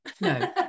No